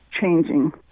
changing